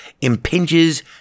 impinges